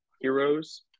Heroes